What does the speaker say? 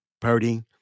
Purdy